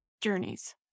journeys